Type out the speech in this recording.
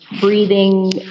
breathing